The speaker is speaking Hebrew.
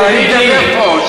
אבל אני אדבר פה,